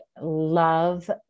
love